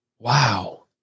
Wow